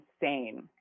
insane